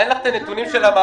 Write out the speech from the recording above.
אין לך את הנתונים של המאפייה?